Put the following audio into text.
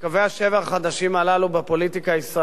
קווי השבר החדשים הללו בפוליטיקה הישראלית